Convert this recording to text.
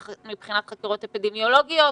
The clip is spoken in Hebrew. מבחינת חקירות אפידמיולוגיות,